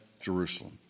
Jerusalem